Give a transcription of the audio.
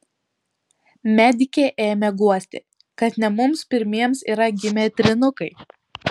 medikė ėmė guosti kad ne mums pirmiems yra gimę trynukai